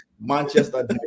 Manchester